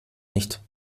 nicht